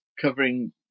covering